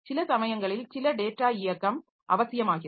சில சமயங்களில் சில டேட்டா இயக்கம் அவசியமாகிறது